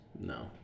No